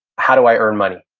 how do i earn money?